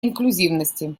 инклюзивности